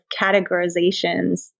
categorizations